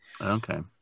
okay